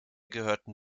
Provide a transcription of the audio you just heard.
gehörten